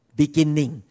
beginning